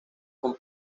con